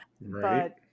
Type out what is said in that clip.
Right